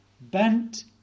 bent